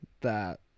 that-